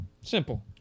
Simple